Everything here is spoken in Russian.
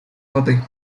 воды